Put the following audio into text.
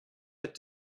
but